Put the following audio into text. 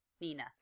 Nina